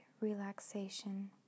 relaxation